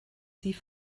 sie